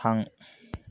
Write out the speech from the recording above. थां